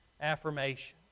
affirmation